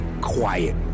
quiet